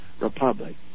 republic